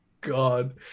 god